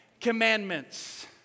Commandments